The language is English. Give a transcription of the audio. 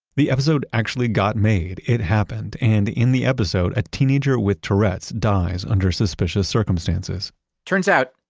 the episode actually got made, it happened! and in the episode, a teenager with tourette's dies under suspicious circumstances turns out,